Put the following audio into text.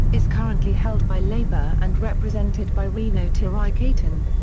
is currently held by labour and represented by rino tirikatene.